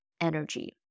energy